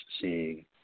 seeing